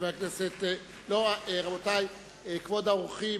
כבוד האורחים,